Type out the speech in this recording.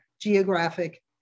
geographic